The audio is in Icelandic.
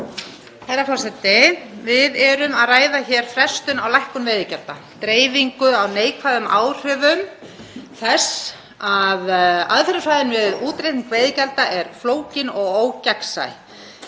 Herra forseti. Við erum að ræða hér frestun á lækkun veiðigjalds, dreifingu á neikvæðum áhrifum þess að aðferðafræðin við útreikning veiðigjalds er flókin og ógegnsæ.